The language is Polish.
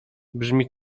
brzmi